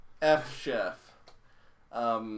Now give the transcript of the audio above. F-Chef